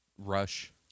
Rush